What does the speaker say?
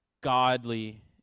godly